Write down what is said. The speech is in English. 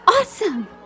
Awesome